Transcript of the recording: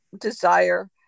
desire